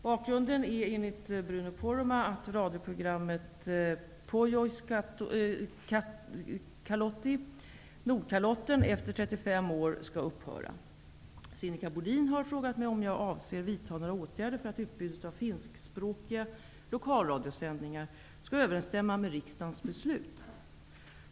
Bakgrunden är, enligt Bruno Poromaa, att radioprogrammet ''Pohjoiskalotti'' Sinikka Bohlin har frågat mig om jag avser vidta några åtgärder för att utbudet av finskspråkiga lokalradiosändningar skall överensstämma med riksdagens beslut.